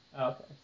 Okay